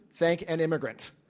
thank an immigrant.